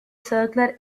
circular